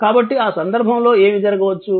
కాబట్టి ఆ సందర్భంలో ఏమి జరగవచ్చు